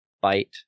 bite